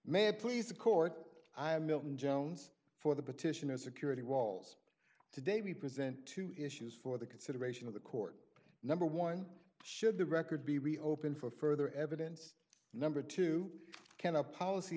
ma'am please the court i'm milton jones for the petitioners security walls today we present two issues for the consideration of the court number one should the record be reopened for further evidence number two can a policy